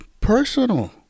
personal